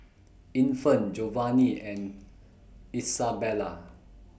Infant Jovanni and Isabela